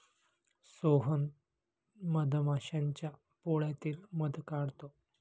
सोहन मधमाश्यांच्या पोळ्यातील मध काढतो